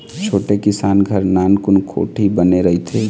छोटे किसान घर नानकुन कोठी बने रहिथे